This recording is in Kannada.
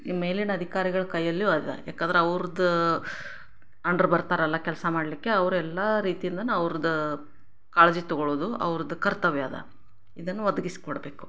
ಈ ಮೇಲಿನ ಅಧಿಕಾರಿಗಳ್ ಕೈಯಲ್ಲೂ ಅದ ಯಾಕಂದ್ರೆ ಅವ್ರದ್ದು ಅಂಡ್ರ್ ಬರ್ತಾರಲ್ಲ ಕೆಲಸ ಮಾಡಲಿಕ್ಕೆ ಅವರೆಲ್ಲಾ ರೀತಿಯಿಂದಲೂ ಅವ್ರದ್ದು ಕಾಳಜಿ ತಗೊಳೋದು ಅವ್ರದ್ದು ಕರ್ತವ್ಯ ಅದ ಇದನ್ನು ಒದಗಿಸಿಕೊಡ್ಬೇಕು